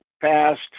past